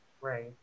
right